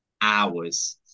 hours